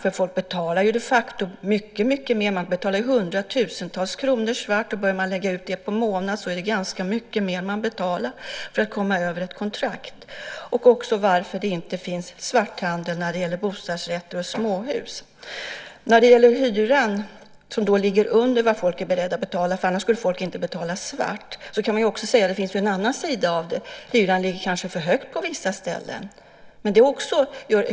Människor betalar de facto mycket mer. De betalar hundratusentals kronor svart. Lägger man ut det per månad är det ganska mycket mer de betalar för att komma över ett kontrakt. Den tredje frågan gällde varför det inte finns svarthandel med bostadsrätter och småhus. Hyran ligger under vad människor är beredda att betala; annars skulle människor inte betala svart. Det finns också en annan sida av det. Hyran ligger kanske för högt på vissa ställen.